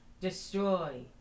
destroy